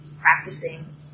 practicing